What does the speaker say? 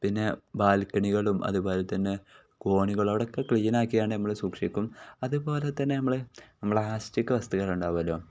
പിന്നെ ബാൽക്കണികളും അതുപോലെ തന്നെ കോണികളും അവിടം ഒക്കെ ക്ലീനാക്കി കൊണ്ട് നമ്മൾ സൂക്ഷിക്കും അതുപോലെ തന്നെ നമ്മൾ പ്ലാസ്റ്റിക് വസ്തുക്കൾ ഉണ്ടാകുമല്ലോ